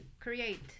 create